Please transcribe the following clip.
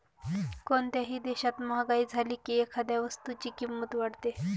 कोणत्याही देशात महागाई झाली की एखाद्या वस्तूची किंमत वाढते